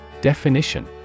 Definition